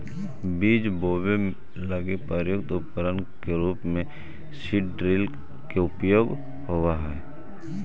बीज बोवे लगी प्रयुक्त उपकरण के रूप में सीड ड्रिल के उपयोग होवऽ हई